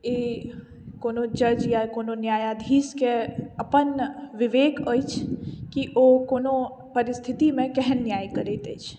ई कोनो जज या कोनो न्यायाधीशके अपन विवेक अछि कि ओ कोनो परिस्थितिमे केहन न्याय करैत अछि